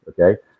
Okay